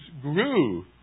grew